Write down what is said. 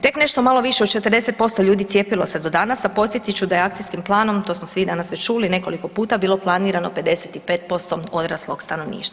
Tek nešto malo više od 40% ljudi cijepilo se do danas a podsjetit ću da je Akcijskom planom, to smo svi danas već čuli nekoliko puta, bilo planirano 55% odraslog stanovništva.